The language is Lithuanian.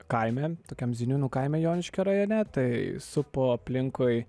kaime tokiam ziniūnų kaime joniškio rajone tai supo aplinkui